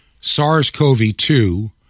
SARS-CoV-2